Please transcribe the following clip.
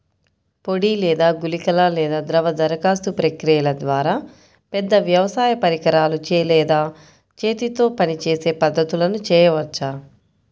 పొడి లేదా గుళికల లేదా ద్రవ దరఖాస్తు ప్రక్రియల ద్వారా, పెద్ద వ్యవసాయ పరికరాలు లేదా చేతితో పనిచేసే పద్ధతులను చేయవచ్చా?